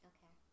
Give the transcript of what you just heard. Okay